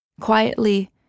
quietly